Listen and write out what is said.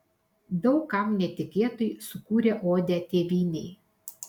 daug kam netikėtai sukūrė odę tėvynei